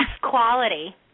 quality